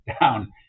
down